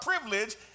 privilege